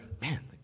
Man